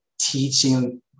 teaching